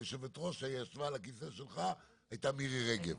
יושבת-הראש שישבה על הכיסא שלך הייתה מירי רגב.